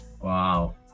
wow